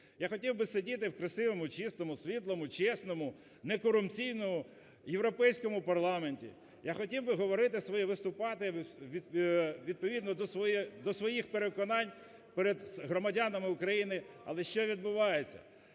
Я хотів би сидіти в красивому, чистому, світлому, чесному, не корупційному Європейському парламенті, я хотів би говорити і виступати відповідно до своїх переконань перед громадянами України. Але що відбувається?